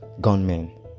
gunmen